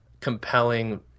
compelling